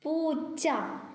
പൂച്ച